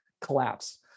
collapse